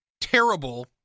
terrible